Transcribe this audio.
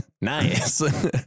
nice